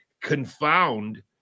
confound